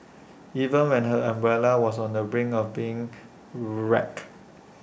even when her umbrella was on the brink of being wrecked